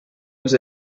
els